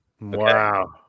Wow